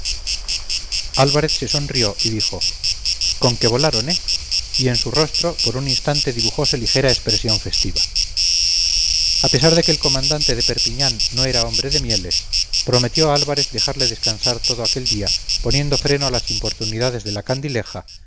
álvarez se sonrió y dijo con que volaron eh y en su rostro por un instante dibujose ligera expresión festiva a pesar de que el comandante de perpiñán no era hombre de mieles prometió a álvarez dejarle descansar todo aquel día poniendo freno a las importunidades de la candileja